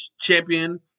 champion